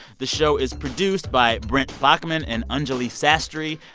the show is produced by brent baughman and anjuli sastry.